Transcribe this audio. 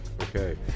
Okay